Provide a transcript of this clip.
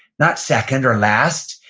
not second or last.